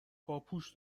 پاپوش